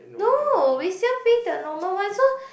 no we still pay the normal one so